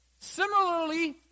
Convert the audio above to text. Similarly